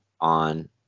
on